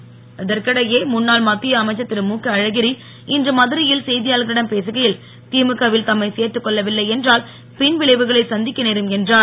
அழகிரி இதற்கிடையே முன்னாள் மத்திய அமைச்சர் திரு முக அழகிரி இன்று மதுரையில் செய்தியாளர்களிடம் பேசுகையில் திமுக வில் தம்மை சேர்த்துக் கொள்ளவில்லை என்றால் பின்விளைவுகளை சந்திக்க நேரும் என்றார்